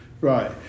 right